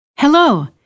Hello